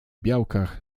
białkach